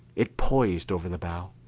it poised over the bow,